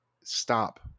stop